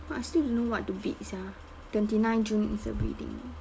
but I still don't know what to bid sia twenty nine june is the bidding